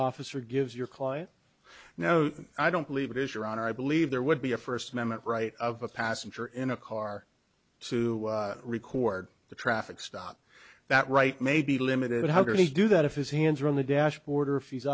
officer gives your client no i don't believe it is your honor i believe there would be a first amendment right of a passenger in a car to record the traffic stop that right may be limited how can he do that if his hands are on the dashboard or